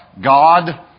God